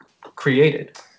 created